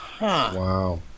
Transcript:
wow